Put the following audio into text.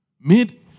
Mid